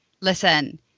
listen